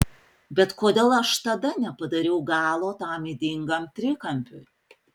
bet kodėl aš tada nepadariau galo tam ydingam trikampiui